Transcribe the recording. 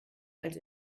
als